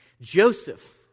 Joseph